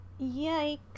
Yikes